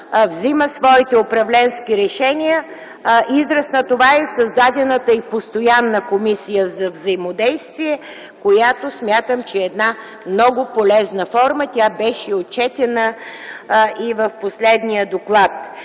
взема своите управленски решения. Израз на това е и създадената Постоянна комисия за взаимодействие, която смятам, че е много полезна форма. Тя беше отчетена и в последния доклад.